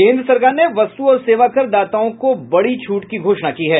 केन्द्र सरकार ने वस्तु और सेवाकर दाताओं को बडी छूट की घोषणा की है